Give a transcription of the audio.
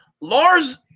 Lars